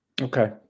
Okay